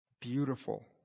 Beautiful